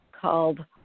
called